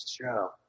show